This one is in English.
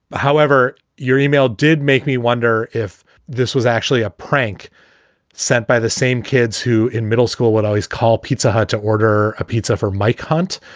however, your e-mail did make me wonder if this was actually a prank sent by the same kids who in middle school would always call pizza hut to order a pizza for mike hunt,